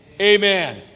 Amen